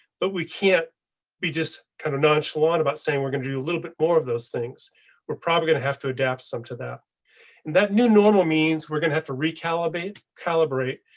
but we can't be just kind of nonchalant about saying we're going to do a little bit more of those things were probably going to have to adapt some to that and that new normal means we're going to have to re calibrate, calibrate,